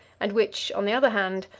and which, on the other hand,